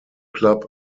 club